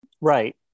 right